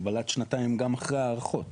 אבל עד שנתיים גם אחרי ההארכות.